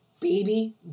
baby